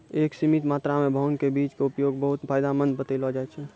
एक सीमित मात्रा मॅ भांग के बीज के उपयोग बहु्त फायदेमंद बतैलो जाय छै